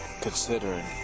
considering